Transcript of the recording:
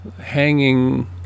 hanging